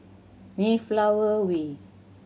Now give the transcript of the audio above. Mayflower Way